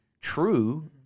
true